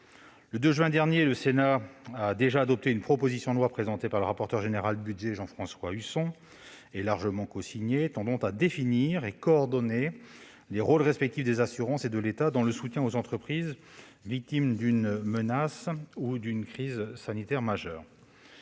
Le 2 juin dernier, le Sénat a adopté une proposition de loi présentée par le rapporteur général de la commission des finances, Jean-François Husson, et largement cosignée, tendant à définir et à coordonner les rôles respectifs des assurances et de la solidarité nationale dans le soutien des entreprises victimes d'une menace ou d'une crise sanitaire majeure.